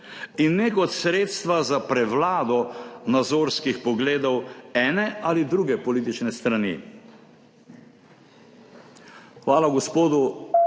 in ne kot sredstva za prevlado nazorskih pogledov ene ali druge politične strani? Hvala gospodu